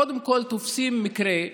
קודם כול, תופסים מקרה,